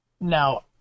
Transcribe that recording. Now